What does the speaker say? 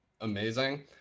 amazing